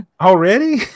Already